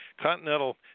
Continental